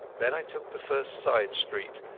then i took the first side street,